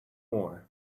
more